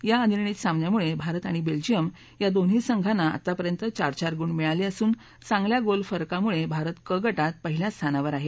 या अनिर्णित सामन्यामुळे भारत आणि बेल्जयम या दोन्ही संघांना आतापर्यंत चार चार गुण मिळाले असून चांगल्या गोल फरकामुळं भारत क गटात पहिल्या स्थानावर आहे